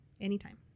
Anytime